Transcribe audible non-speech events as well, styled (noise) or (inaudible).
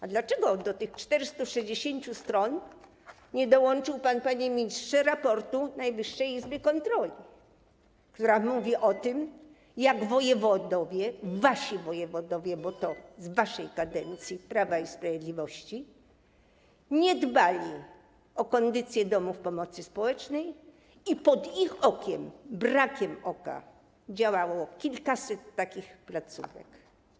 A dlaczego do tych 460 stron nie dołączył pan, panie ministrze, raportu Najwyższej Izby Kontroli, która mówi o tym, (noise) jak wojewodowie, wasi wojewodowie, bo z waszej kadencji, Prawa i Sprawiedliwości, nie dbali o kondycję domów pomocy społecznej i pod ich okiem, brakiem oka działało kilkaset takich placówek?